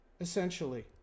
essentially